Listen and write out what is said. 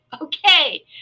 okay